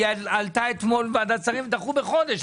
עלתה אתמול בוועדת שרים ודחו בחודש.